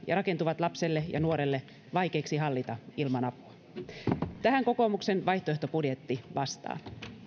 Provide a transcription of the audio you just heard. ja rakentuvat lapselle ja nuorelle vaikeiksi hallita ilman apua tähän kokoomuksen vaihtoehtobudjetti vastaa